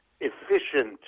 efficient